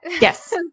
Yes